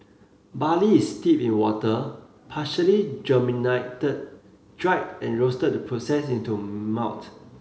barley is steeped in water partially germinated dried and roasted to process it into malt